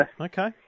okay